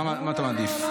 מה אתה מעדיף?